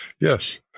Yes